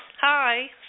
Hi